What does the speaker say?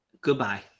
Goodbye